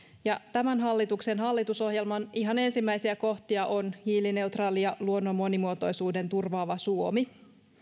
ja tämän hallituksen hallitusohjelman ihan ensimmäisiä kohtia on hiilineutraali ja luonnon monimuotoisuuden turvaava suomi